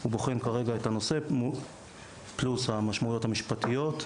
הוא בוחן כרגע את הנושא וכן המשמעויות המשפטיות,